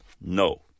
No